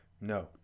no